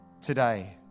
today